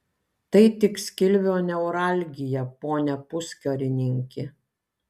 tai tik skilvio neuralgija pone puskarininki